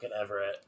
Everett